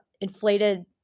inflated